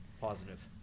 positive